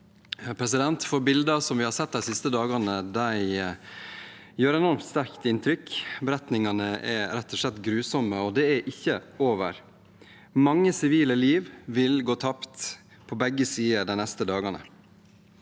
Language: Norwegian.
for Stortinget. Bildene som vi har sett de siste dagene, gjør enormt sterkt inntrykk. Beretningene er rett og slett grusomme, og det er ikke over. Mange sivile liv vil gå tapt på begge sider de neste dagene.